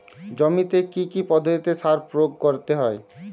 জমিতে কী কী পদ্ধতিতে সার প্রয়োগ করতে হয়?